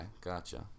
Gotcha